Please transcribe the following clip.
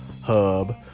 hub